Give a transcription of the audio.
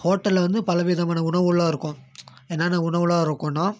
ஹோட்டலிலல வந்து பலவிதமான உணவுகள்லாம் இருக்கும் என்னன்ன உணவுலாம் இருக்குன்னால்